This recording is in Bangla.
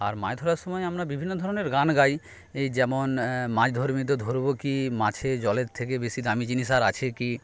আর মাছ ধরার সময় আমরা বিভিন্ন ধরনের গান গাই এই যেমন মাছ ধরবি তো ধরব কি মাছে জলের থেকে বেশি দামি জিনিস আর আছে কি